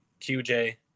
QJ